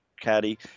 Caddy